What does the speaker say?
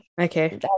okay